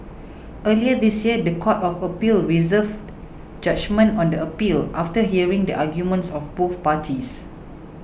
earlier this year the Court of Appeal reserved judgement on the appeal after hearing the arguments of both parties